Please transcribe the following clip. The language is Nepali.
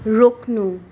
रोक्नु